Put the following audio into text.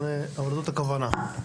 אבל זאת הכוונה.